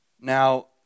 Now